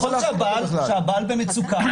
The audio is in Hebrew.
נכון שהבעל במצוקה.